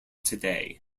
today